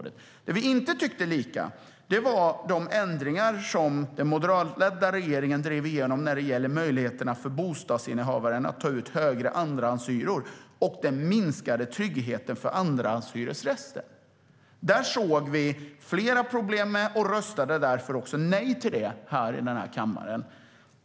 Däremot tyckte vi inte likadant när det gällde de ändringar som den moderatledda regeringen drev igenom när det gäller möjligheterna för bostadsinnehavaren att ta ut högre andrahandshyror och när det gäller den minskade tryggheten för andrahandshyresgäster. Där såg vi flera problem och röstade därför nej till detta här i kammaren.